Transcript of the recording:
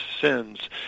sins